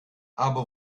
aber